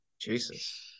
Jesus